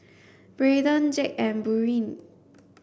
Braedon Jake and Buren